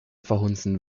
verhunzen